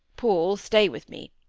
paul, stay with me.